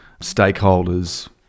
stakeholders